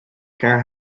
car